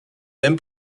même